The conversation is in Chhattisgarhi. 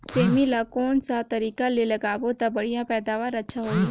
सेमी ला कोन सा तरीका ले लगाबो ता बढ़िया पैदावार अच्छा होही?